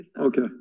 Okay